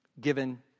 given